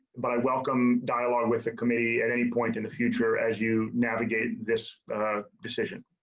but i welcome dialogue with the committee at any point in the future as you navigate this decision.